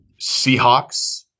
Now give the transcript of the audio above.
Seahawks